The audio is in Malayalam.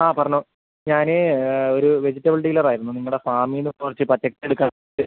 ആ പറഞ്ഞോ ഞാൻ ഒരു വെജിറ്റബിൾ ഡീലർ ആയിരുന്നു നിങ്ങളുടെ ഫാമിൽ നിന്ന് കുറച്ച് പച്ചക്കറി എടുക്കാൻ വേണ്ടിയിട്ട്